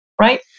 right